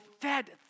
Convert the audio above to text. fed